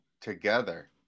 together